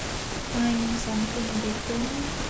find something different